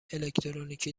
الکترونیکی